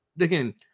again